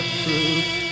truth